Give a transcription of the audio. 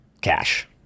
Cash